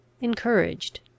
encouraged